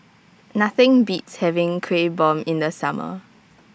Nothing Beats having Kuih Bom in The Summer